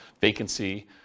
vacancy